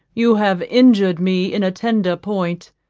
you have injured me in a tender point.